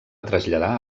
traslladar